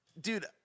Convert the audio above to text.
dude